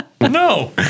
No